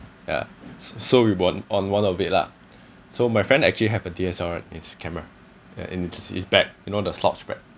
ya so so we board on one of it lah so my friend actually have a D_S_L_R it's camera and it is in his bag you know the slouch bag